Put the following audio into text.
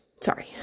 sorry